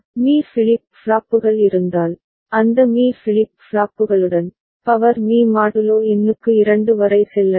me flip ஃப்ளாப்புகள் இருந்தால் அந்த மீ ஃபிளிப் ஃப்ளாப்புகளுடன் பவர் மீ மாடுலோ எண்ணுக்கு 2 வரை செல்லலாம்